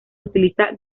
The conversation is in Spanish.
utiliza